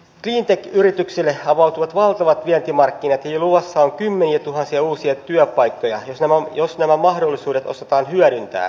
cleantech yrityksille avautuvat valtavat vientimarkkinat eli luvassa on kymmeniätuhansia uusia työpaikkoja jos nämä mahdollisuudet osataan hyödyntää